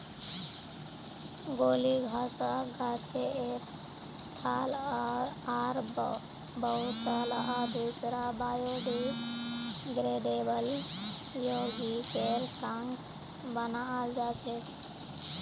गीली घासक गाछेर छाल आर बहुतला दूसरा बायोडिग्रेडेबल यौगिकेर संग बनाल जा छेक